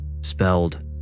spelled